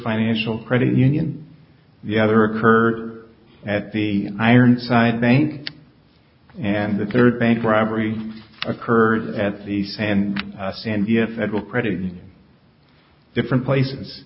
financial credit union the other occurred at the ironside bank and the third bank robbery occurred at the san sandia federal credit in different places